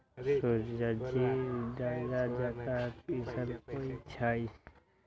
सूज़्ज़ी दर्रा जका पिसल होइ छइ